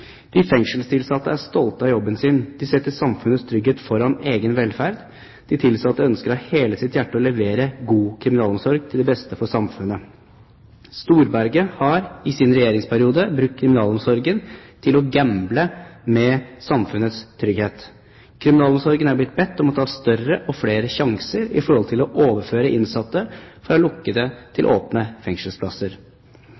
De fengselstilsatte er stolte av jobben sin, de setter samfunnets trygghet foran egen velferd, de tilsatte ønsker av hele sitt hjerte å levere god Kriminalomsorg til det beste for samfunnet. Storberget har i sin regjeringsperiode brukt Kriminalomsorgen til å gamble med samfunnets trygghet. Kriminalomsorgen er blitt bedt om å ta større og flere sjanser i forhold til å overføre innsatte